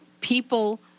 people